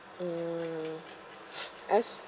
mm as~